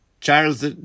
Charles